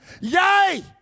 Yay